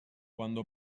quando